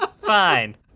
fine